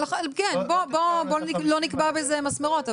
טוב, בוא לא נקבע בזה מסמרות.